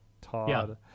Todd